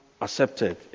accepted